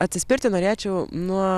atsispirti norėčiau nuo